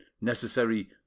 necessary